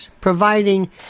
providing